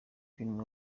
ping